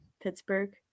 Pittsburgh